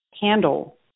handle